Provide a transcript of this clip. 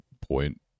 point